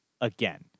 again